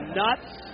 nuts